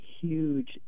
huge